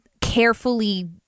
carefully